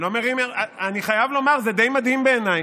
אני חייב לומר, זה די מדהים בעיניי.